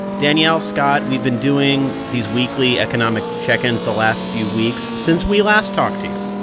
danielle, scott, we've been doing these weekly economic check-ins the last few weeks. since we last talked to you,